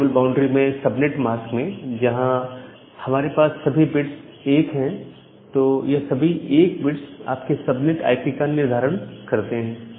variable boundary में subnet mask में जहां हमारे पास सभी बिट्स 1 है तो यह सभी 1 बिट्स आपके सबनेट आई पी का निर्धारण करते हैं